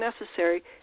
necessary